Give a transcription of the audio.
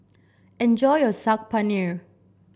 enjoy your Saag Paneer